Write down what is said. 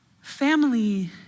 Family